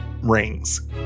rings